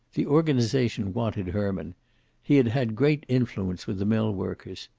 the organization wanted herman he had had great influence with the millworkers.